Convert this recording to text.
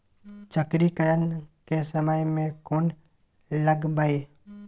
चक्रीकरन के समय में कोन लगबै?